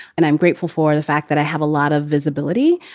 and i'm grateful for the fact that i have a lot of visibility,